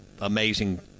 amazing